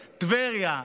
טבריה,